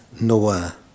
Noah